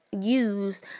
use